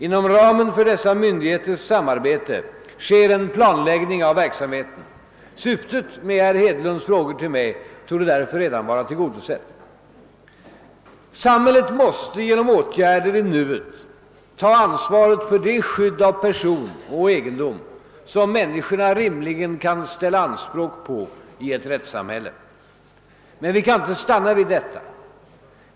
Inom ramen för dessa myndigheters samarbete sker en planläggning av verksamheten. Syftet med herr Hedlunds frågor till mig torde därför redan vara tillgodosett. Samhället måste genom åtgärder i nuet ta ansvaret för det skydd av person och egendom som människorna rimligen kan ställa anspråk på i ett rättssamhälle. Men vi kan inte stanna vid detta.